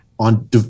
On